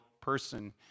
person